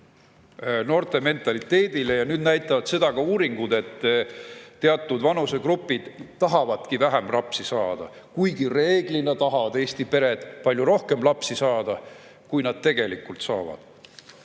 noorte mentaliteedile. Nüüd näitavad seda ka uuringud: [inimesed] teatud vanusegruppidest tahavadki vähem lapsi saada, kuigi reeglina tahavad Eesti pered palju rohkem lapsi saada, kui nad tegelikult saavad.